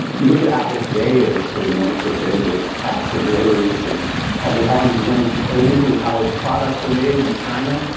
you look at apple today, and it's sort of known for global tax avoidance and it has an arm's length arrangement with how its products are made and in china.